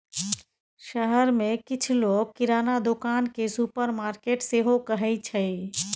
शहर मे किछ लोक किराना दोकान केँ सुपरमार्केट सेहो कहै छै